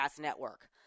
network